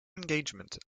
engagement